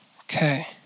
Okay